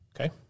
Okay